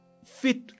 fit